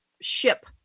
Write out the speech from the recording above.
ship